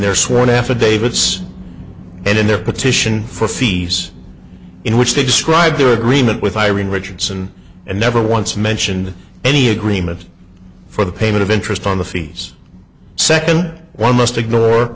their sworn affidavits and in their petition for fees in which they described their agreement with irene richardson and never once mentioned any agreement for the payment of interest on the fees second one must ignore